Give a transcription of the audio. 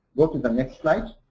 go to the next slide.